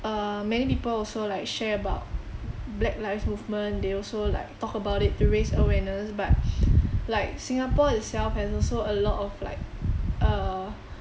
err many people also like share about black lives movement they also talk about it to raise awareness but like singapore itself has also a lot of like err